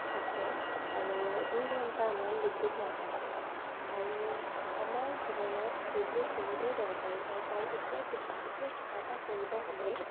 থাকে আৰু দুই ঘণ্টামান বিদ্যুৎ নাথাকে আৰু আমাৰ জীৱনত বিদ্যুৎ বহুতেই দৰকাৰী হয় কাৰণ এতিয়া কিবা এতিয়া কিবা এটা কৰিব হ'লেই